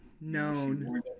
known